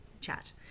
chat